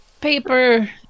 paper